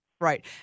Right